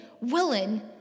willing